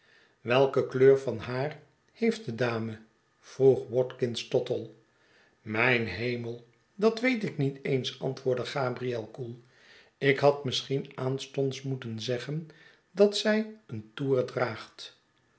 welke kleur van haar heeft de dame vroeg watkins tottle mijn hemel dat weet ik niet eens antwoordde gabriel koel ik had misschien aanstonds moeten zeggen dat zij eentoer draagt